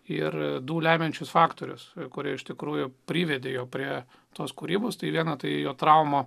ir du lemiančius faktorius kurie iš tikrųjų privedė prie tos kūrybos tai viena tai jo trauma